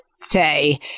say